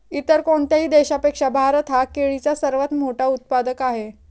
इतर कोणत्याही देशापेक्षा भारत हा केळीचा सर्वात मोठा उत्पादक आहे